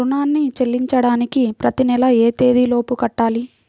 రుణాన్ని చెల్లించడానికి ప్రతి నెల ఏ తేదీ లోపు కట్టాలి?